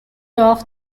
off